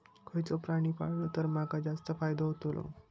खयचो प्राणी पाळलो तर माका जास्त फायदो होतोलो?